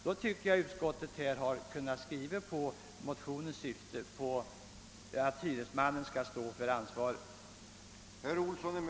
Då tycker jag att utskottet hade kunnat biträda motionens syfte — att hyresmannen skall ha ansvaret.